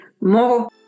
more